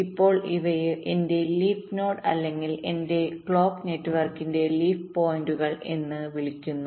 ഇപ്പോൾ ഇവയെ എന്റെ ലീഫ് നോഡ് അല്ലെങ്കിൽ എന്റെ ക്ലോക്ക് നെറ്റ്വർക്കിന്റെ ലീഫ് പോയിന്റുകൾleaf pointersഎന്ന് വിളിക്കുന്നു